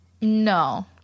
no